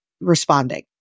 responding